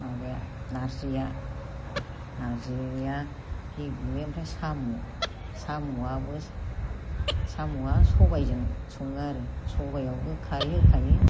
माबाया नारजिया नारजिया गेब्लेयो ओमफ्राय साम' साम'आबो सबायजों सङो आरो सबायावबो खारै होखायो